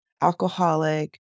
alcoholic